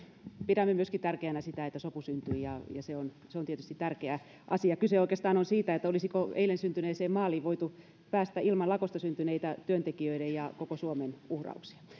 pidämme myöskin tärkeänä sitä että sopu syntyi se on se on tietysti tärkeä asia kyse oikeastaan on siitä olisiko eilen syntyneeseen maaliin voitu päästä ilman lakosta syntyneitä työntekijöiden ja koko suomen uhrauksia